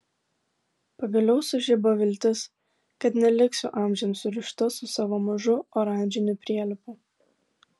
pagaliau sužibo viltis kad neliksiu amžiams surišta su savo mažu oranžiniu prielipu